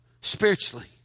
spiritually